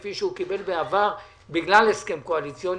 כפי שהוא קיבל בעבר בגלל הסכם קואליציוני.